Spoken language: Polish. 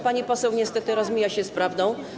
Pani poseł niestety rozmija się z prawdą.